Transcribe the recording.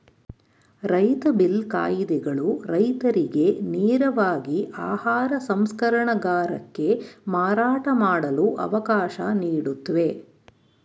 ರೈತ ಬಿಲ್ ಕಾಯಿದೆಗಳು ರೈತರಿಗೆ ನೇರವಾಗಿ ಆಹಾರ ಸಂಸ್ಕರಣಗಾರಕ್ಕೆ ಮಾರಾಟ ಮಾಡಲು ಅವಕಾಶ ನೀಡುತ್ವೆ